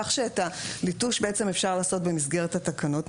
כך שאת הליטוש אפשר לעשות במסגרת התקנות.